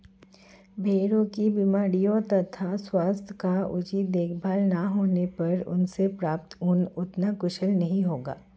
भेड़ों की बीमारियों तथा स्वास्थ्य का उचित देखभाल न होने पर उनसे प्राप्त ऊन उतना कुशल नहीं होगा